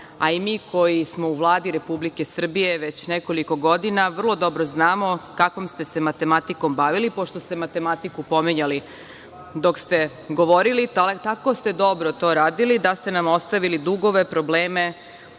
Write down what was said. a i mi koji smo u Vladi Republike Srbije već nekoliko godina vrlo dobro znamo kakvom ste se matematikom bavili, pošto ste matematiku pominjali dok ste govorili. Tako ste dobro to radili da ste nam ostavili dugove, probleme,